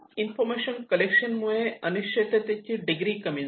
information collection मुळे अनिश्चिततेची degree कमी झाली